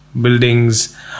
buildings